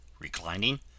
reclining